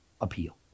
appeal